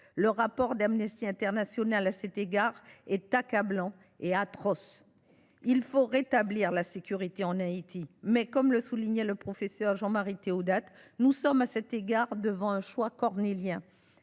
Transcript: le rapport d’Amnesty International est accablant et atroce. Il faut rétablir la sécurité en Haïti. Mais, comme le soulignait le professeur Jean Marie Théodat, nous sommes à cet égard devant un choix cornélien.